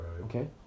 Okay